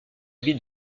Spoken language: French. ville